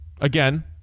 Again